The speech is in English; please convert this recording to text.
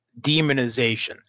demonization